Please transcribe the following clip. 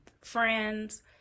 friends